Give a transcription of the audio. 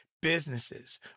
businesses